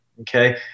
okay